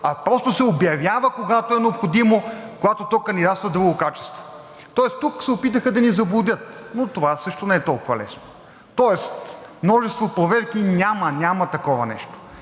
а просто се обявява, когато е необходимо, когато то кандидатства в друго качество. Тук се опитаха да ни заблудят, но това също не е толкова лесно. Тоест множество проверки няма, няма такова нещо.